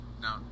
No